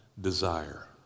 desire